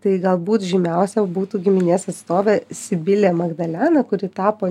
tai galbūt žymiausia būtų giminės atstovė sibilė magdalena kuri tapo